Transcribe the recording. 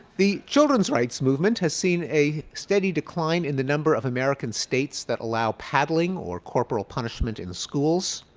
the children's rights movement has seen a steady decline in the number of american states that allow paddling or corporal punishment in schools.